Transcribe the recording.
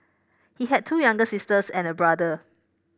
he had two younger sisters and a brother